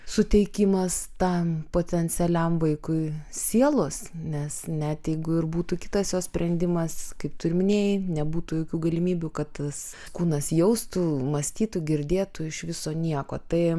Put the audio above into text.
suteikimas tam potencialiam vaikui sielos nes net jeigu ir būtų kitas jos sprendimas kaip tu ir minėjai nebūtų jokių galimybių kad tas kūnas jaustų mąstytų girdėtų iš viso nieko tai